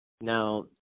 Now